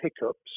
hiccups